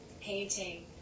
painting